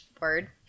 Word